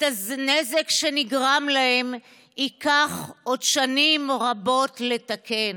את הנזק שנגרם להם ייקח עוד שנים רבות לתקן.